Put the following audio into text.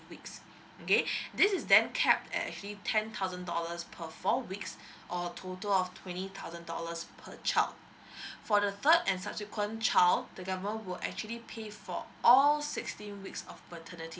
weeks okay this is then cap at actually ten thousand dollars per four weeks or total of twenty thousand dollars per child for the third and subsequent child the government will actually pay for all sixteen weeks of maternity